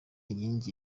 inkingi